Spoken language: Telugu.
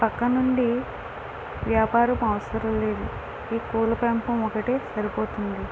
పక్కనుండి వ్యాపారం అవసరం లేదు ఈ కోళ్ల పెంపకం ఒకటే సరిపోతుంది